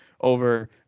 over